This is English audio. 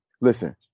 listen